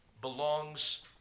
belongs